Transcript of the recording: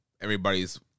everybody's